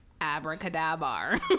abracadabra